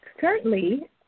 Currently